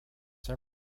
been